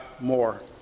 more